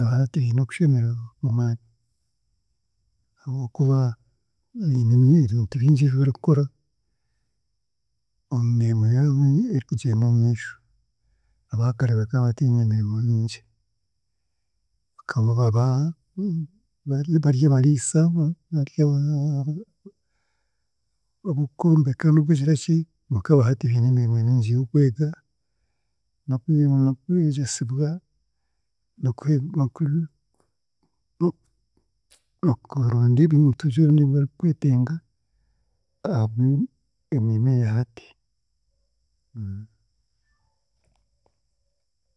Nahati hine okushemerwa kw'amaani ahabw'okuba biine ebintu bingi ebi barikukora niimanya emirimo erikugyenda omumiisho. Abaakare bakaba batiine mirimo mingi, bakaba baba bari bari abariisa, bari ab'okwombeka n'okugira ki konka abaahati biine emirimo mingi y'okwega n'okwe n'okwegyesibwa n'oku, n'oku n'okuronda ebintu byona ebi barikwitenga ahabw'emirimo eya hati.